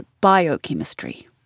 biochemistry